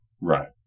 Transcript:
right